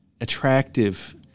attractive